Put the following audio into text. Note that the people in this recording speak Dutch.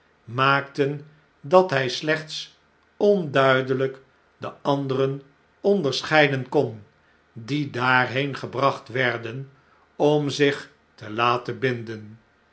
maakten dat hg slechts onduidelp de anderen onderscheiden kon die daarheen gebracht werden om zich te laten binden